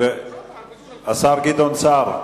השר גדעון סער,